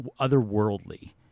otherworldly